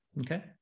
Okay